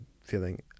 feeling